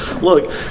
look